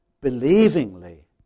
believingly